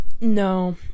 No